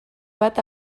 bat